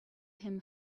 him